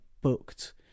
booked